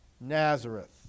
Nazareth